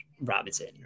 Robinson